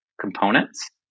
components